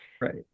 right